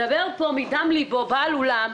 מדבר פה מדם ליבו בעל אולם,